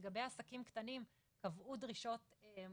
לגבי עסקים קטנים קבעו דרישות מופחתות,